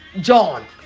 John